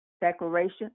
declaration